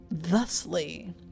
thusly